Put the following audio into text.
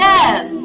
Yes